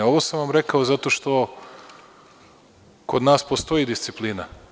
Ovo sam vam rekao zato što kod nas postoji disciplina.